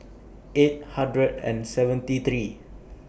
eight hundred and seventy three